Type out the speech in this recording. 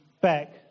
back